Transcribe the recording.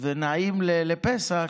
ונעים לפסח,